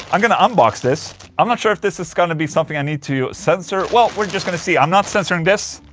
i'm gonna unbox this i'm not sure if this is gonna be something i need to censor well, we're just gonna see, i'm not censoring this